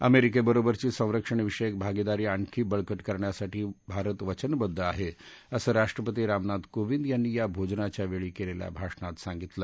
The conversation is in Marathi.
अमेरिकेबरोबरची संरक्षणविषयक भागीदारी आणखी बळकट करण्यासाठी भारत वचनबद्ध आहे असं राष्ट्रपती रामनाथ कोविंद यांनी या भोजनाच्या वेळी केलेल्या भाषणात सांगितलं